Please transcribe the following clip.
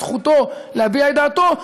זכותו להביע את דעתו,